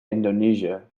indonesia